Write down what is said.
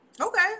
Okay